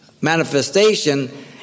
manifestation